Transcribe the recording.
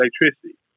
electricity